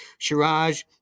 Shiraj